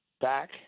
back